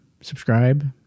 subscribe